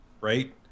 right